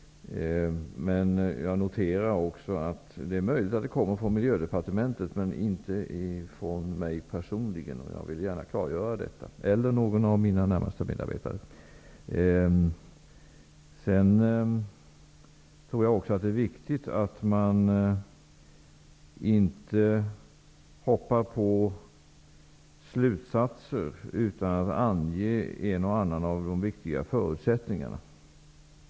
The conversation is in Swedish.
Det är möjligt att informationen kommer från Miljödepartementet, men inte från mig personligen eller från någon av mina närmaste medarbetare. Jag vill gärna klargöra detta. Det är också viktigt att man inte drar snabba slutsatser utan att ange en och annan av de viktiga förutsättningarna.